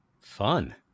fun